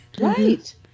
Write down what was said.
Right